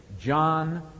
John